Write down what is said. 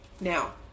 Now